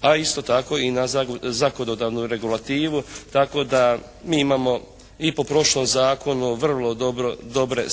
A isto tako i na zakonodavnu regulativu tako da mi imamo i po prošlom zakonu vrlo dobre